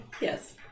Yes